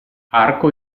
arco